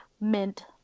Mint